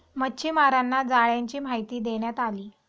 मच्छीमारांना जाळ्यांची माहिती देण्यात आली